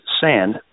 sand